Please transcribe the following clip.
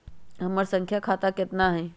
हमर खाता संख्या केतना हई?